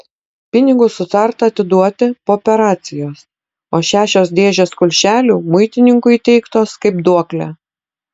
pinigus sutarta atiduoti po operacijos o šešios dėžės kulšelių muitininkui įteiktos kaip duoklė